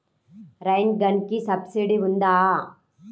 Rain గన్కి subsidy ఉందా?